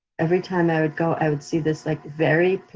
every time i would go, i would see this like very